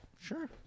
Sure